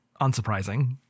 unsurprising